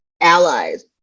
allies